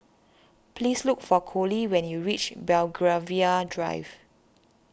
please look for Colie when you reach Belgravia Drive